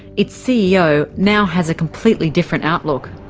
its ceo now has a completely different outlook.